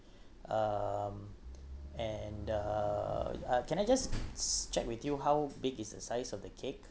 um and uh uh can I just check with you how big is the size of the cake